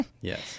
yes